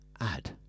add